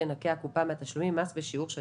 תנכה הקופה מהתשלומים מס בשיעור של